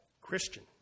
Christian